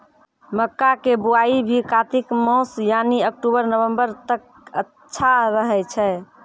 मक्का के बुआई भी कातिक मास यानी अक्टूबर नवंबर तक अच्छा रहय छै